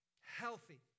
healthy